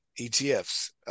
ETFs